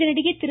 இதனிடையே திரு